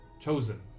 chosen